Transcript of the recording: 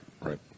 Right